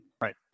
Right